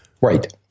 Right